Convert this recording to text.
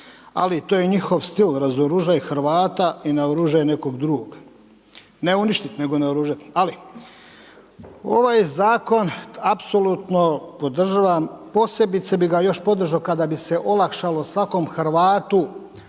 Ali to je njihov stil. Razoružaj Hrvata i naoružaj nekog drugog. Ne uništiti, nego naoružati. Ali ovaj zakon apsolutno podržavam. Posebice bi ga još podržao kada bi se olakšalo svakom Hrvatu,